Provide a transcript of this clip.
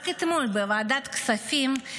רק אתמול בוועדת הכספים,